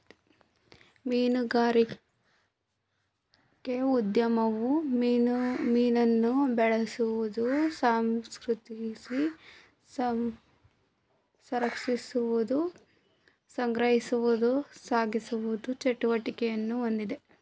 ಮೀನುಗಾರಿಕೆ ಉದ್ಯಮವು ಮೀನನ್ನು ಬೆಳೆಸುವುದು ಸಂಸ್ಕರಿಸಿ ಸಂರಕ್ಷಿಸುವುದು ಸಂಗ್ರಹಿಸುವುದು ಸಾಗಿಸುವ ಚಟುವಟಿಕೆಯನ್ನು ಹೊಂದಿದೆ